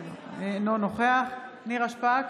אינו נוכח נירה שפק,